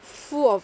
full of